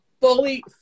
fully